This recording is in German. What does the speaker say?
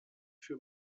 für